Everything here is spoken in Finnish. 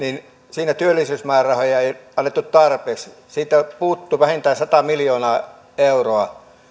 siinä työllisyysmäärärahoja ei annettu tarpeeksi siitä puuttui vähintään sata miljoonaa euroa